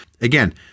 Again